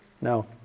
No